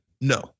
No